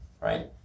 right